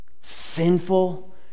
sinful